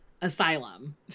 Asylum